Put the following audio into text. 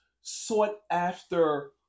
sought-after